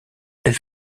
elle